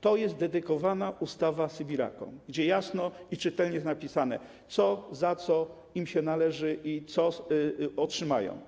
To jest ustawa dedykowana sybirakom, gdzie jasno i czytelnie jest napisane, co za co im się należy, co otrzymają.